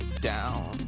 down